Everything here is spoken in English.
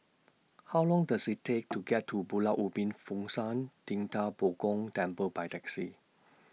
How Long Does IT Take to get to Pulau Ubin Fo Shan Ting DA Bo Gong Temple By Taxi